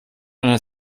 einer